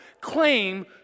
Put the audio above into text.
claim